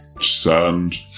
Sand